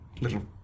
little